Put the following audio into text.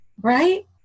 right